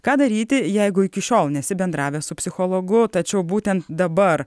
ką daryti jeigu iki šiol nesi bendravęs su psichologu tačiau būtent dabar